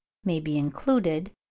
may be included,